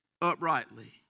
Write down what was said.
uprightly